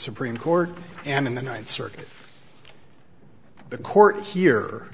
supreme court and in the ninth circuit the court here